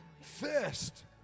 first